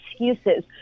excuses